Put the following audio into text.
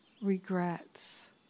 regrets